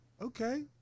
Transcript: Okay